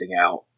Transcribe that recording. out